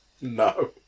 No